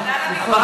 העברה לוועדה, העברה